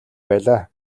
байлаа